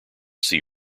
see